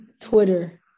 Twitter